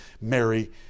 Mary